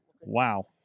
Wow